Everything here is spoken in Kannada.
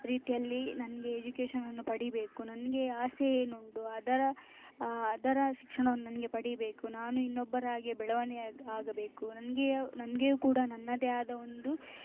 ರೀತಿಯಲ್ಲಿ ನನಗೆ ಎಜುಕೇಶನನ್ನು ಪಡಿಬೇಕು ನನಗೆ ಆಸೆ ಏನುಂಟು ಅದರ ಅದರ ಶಿಕ್ಷಣವನ್ನು ನನಗೆ ಪಡಿಬೇಕು ನಾನು ಇನ್ನೊಬ್ಬರ ಹಾಗೆ ಬೆಳವಣ್ಗೆ ಆಗ ಆಗಬೇಕು ನನಗೆ ನನಗೆ ಕೂಡ ನನ್ನದೇ ಆದ ಒಂದು